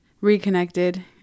reconnected